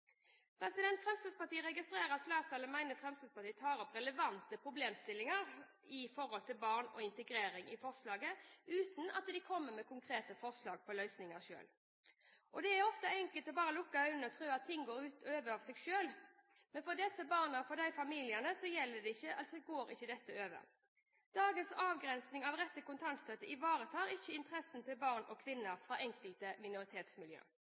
barna. Fremskrittspartiet registrerer at flertallet mener Fremskrittspartiet tar opp relevante problemstillinger for barn og integrering i forslaget, uten at de kommer med konkrete forslag til løsninger selv. Det er ofte enkelt bare å lukke øynene og tro at alt går over av seg selv, men for disse barna og disse familiene det gjelder, går det ikke over. Dagens avgrensing av rett til kontantstøtte ivaretar ikke interessene til barn og kvinner fra enkelte